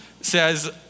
says